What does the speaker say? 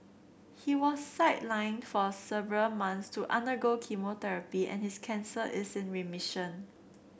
he was sidelined for several months to undergo chemotherapy and his cancer is in remission